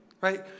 Right